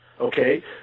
okay